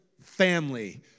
family